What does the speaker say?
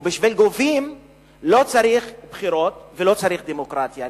ובשביל גובים לא צריך בחירות ולא צריך דמוקרטיה,